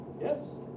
Yes